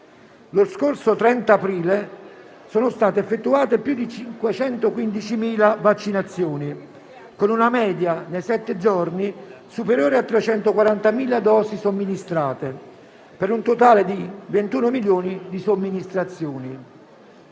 Lo scorso 30 aprile sono state effettuate più di 515.000 vaccinazioni, con una media, nei sette giorni, superiore a 340.000 dosi somministrate, per un totale di 21 milioni di somministrazioni.